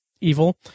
evil